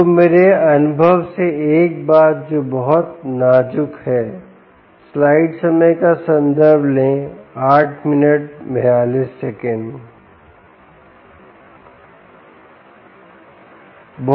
तो मेरे अनुभव से एक बात जो बहुत नाजुक है